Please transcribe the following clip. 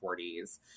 40s